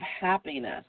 happiness